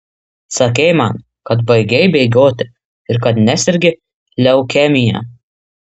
sakei man kad baigei bėgioti ir kad nesergi leukemija